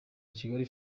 kigali